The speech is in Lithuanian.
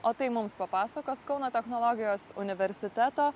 o tai mums papasakos kauno technologijos universiteto